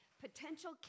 Potential